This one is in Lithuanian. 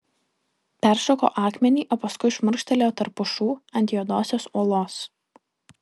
peršoko akmenį o paskui šmurkštelėjo tarp pušų ant juodosios uolos